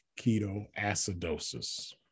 ketoacidosis